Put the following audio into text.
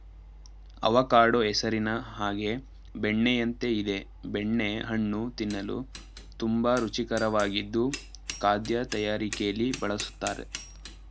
avocado ಹೆಸರಿನ ಹಾಗೆ ಬೆಣ್ಣೆಯಂತೆ ಇದೆ ಬೆಣ್ಣೆ ಹಣ್ಣು ತಿನ್ನಲು ತುಂಬಾ ರುಚಿಕರವಾಗಿದ್ದು ಖಾದ್ಯ ತಯಾರಿಕೆಲಿ ಬಳುಸ್ತರೆ